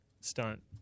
stunt